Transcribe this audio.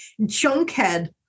Junkhead